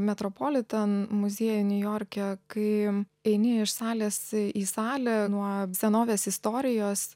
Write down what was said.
metropolitan muziejų niujorke kai eini iš salės į salę nuo senovės istorijos